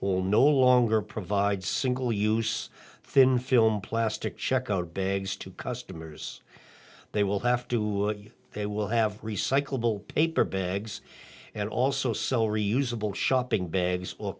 will no longer provide single use thin film plastic check out bags to customers they will have to they will have recyclable paper bags and also so reusable shopping bags or